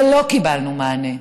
ולא קיבלנו מענה.